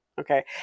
okay